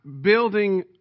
building